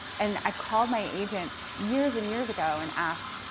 and i called my agent years and years ago and asked,